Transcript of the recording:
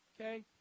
Okay